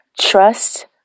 trust